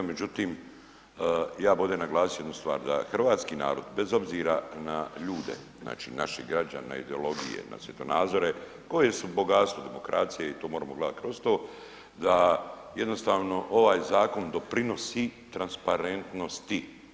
Međutim, ja bi ovdje naglasio jednu stvar da hrvatski narod bez obzira na ljude, znači naših građana, ideologije, na svjetonazore, koje su bogatstvo demokracija i to moramo gledat kroz to da jednostavno ovaj zakon doprinosi transparentnosti.